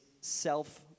self